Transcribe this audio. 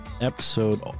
episode